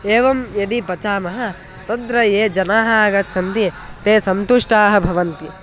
एवं यदि पचामः तदा ये जनाः आगच्छन्ति ते सन्तुष्टाः भवन्ति